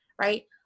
right